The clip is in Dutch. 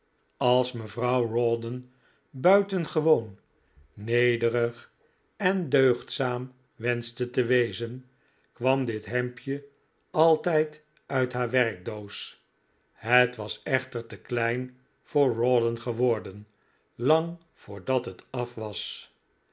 als mevrouw rawdon buitengewoon nederig en deugdzaam wenschte te wezen kwam dit hemdje altijd uit haar werkdoos het was echter te klein voor rawdon geworden lang voordat het af